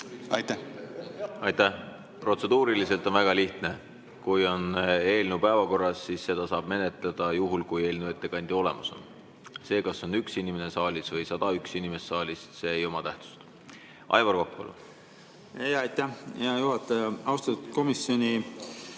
palun! Aitäh! Protseduuriliselt on väga lihtne: kui on eelnõu päevakorras, siis seda saab menetleda juhul, kui eelnõu ettekandja on olemas. See, kas on üks inimene saalis või 101 inimest saalis, ei oma tähtsust. Aivar Kokk, palun! Aitäh, hea juhataja! Austatud komisjoni